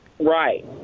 Right